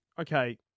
okay